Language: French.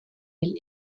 elle